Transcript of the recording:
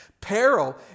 peril